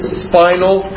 spinal